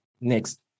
Next